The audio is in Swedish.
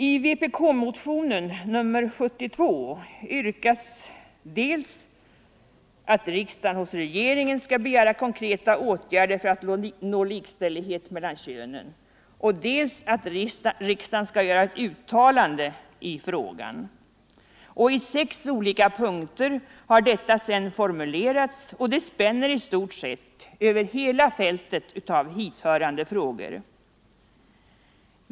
I vpk-motionen 72 yrkas dels att riksdagen hos regeringen skall begära konkreta åtgärder för att nå likställighet mellan könen, dels att riksdagen skall göra ett uttalande i frågan. I sex olika punkter har detta sedan formulerats, och det spänner i stort sett över hela fältet av hithörande frågor.